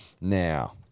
now